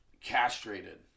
castrated